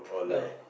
no